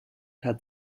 hat